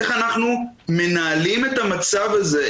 איך אנחנו מנהלים את המצב הזה.